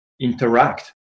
interact